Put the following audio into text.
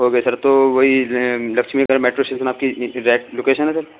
okay sir تو وہی Lakshmi Nagar metro station آپ کی ایگزیکٹ لوکیشن ہے سر